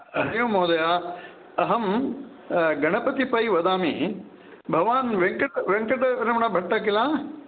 हरि ओम् महोदय अहं गणपति पै वदामि भवान् वेङ्कट वेङ्कटरमणभट्ट किल